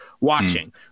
watching